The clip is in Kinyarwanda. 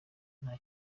nta